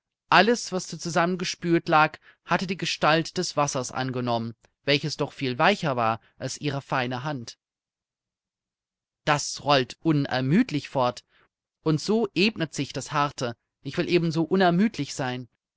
alles was da zusammengespült lag hatte die gestalt des wassers angenommen welches doch viel weicher war als ihre feine hand das rollt unermüdlich fort und so ebnet sich das harte ich will eben so unermüdlich sein